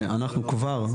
אנחנו כבר,